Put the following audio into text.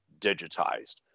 digitized